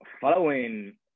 following